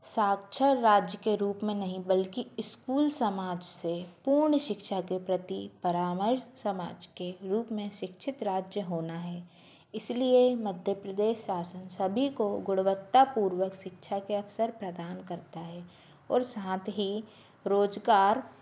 साक्षर राज्य के रूप में नहीं बल्कि स्कूल समाज से पूर्ण शिक्षा के प्रति परामर्श समाज के रूप में शिक्षित राज्य होना है इसलिए मध्य प्रदेश शासन सभी को गुणवत्तापूर्वक शिक्षा के अवसर प्रदान करता है और साथ ही रोज़गार